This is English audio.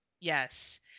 yes